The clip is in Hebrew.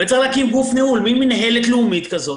צריך להקים גוף ניהול, מין מינהלת לאומית כזאת,